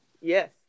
Yes